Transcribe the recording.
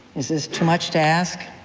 is this too much to ask?